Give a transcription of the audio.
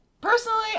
Personally